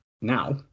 Now